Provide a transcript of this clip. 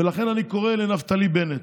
ולכן, אני קורא לנפתלי בנט: